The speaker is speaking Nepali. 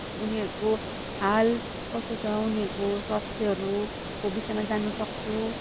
उनीहरूको हाल कस्तो उनीहरूको स्वास्थ्यहरूको विषयमा जान्नसक्छु